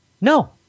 No